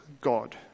God